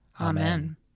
Amen